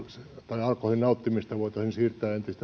alkoholin nauttimista voitaisiin siirtää entistä enemmän